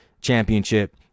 championship